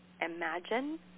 Imagine